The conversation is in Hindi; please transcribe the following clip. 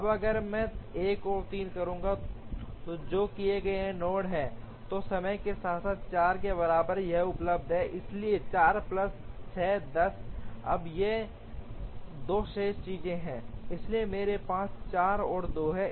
अब अगर मैं 1 और 3 करता हूं जो कि यह नोड है तो समय के साथ 4 के बराबर यह उपलब्ध है इसलिए 4 प्लस 6 10 अब ये 2 शेष चीजें हैं इसलिए मेरे पास 4 और 2 हैं